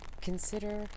consider